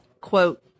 quote